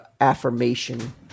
affirmation